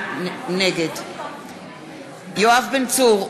נגד יואב בן צור,